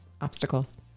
obstacles